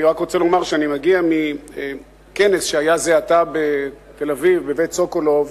אני רק רוצה לומר שאני מגיע מכנס שהיה זה עתה ב"בית סוקולוב"